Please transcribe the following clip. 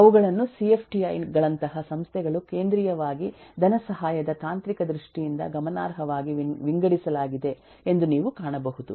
ಅವುಗಳನ್ನು ಸಿಎಫ್ಟಿಐ ಗಳಂತಹ ಸಂಸ್ಥೆಗಳು ಕೇಂದ್ರೀಯವಾಗಿ ಧನಸಹಾಯದ ತಾಂತ್ರಿಕ ದೃಷ್ಟಿಯಿಂದ ಗಮನಾರ್ಹವಾಗಿ ವಿಂಗಡಿಸಲಾಗಿದೆ ಎಂದು ನೀವು ಕಾಣಬಹುದು